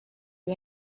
you